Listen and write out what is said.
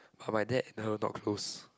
but my dad and her not close